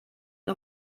wir